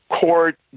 Court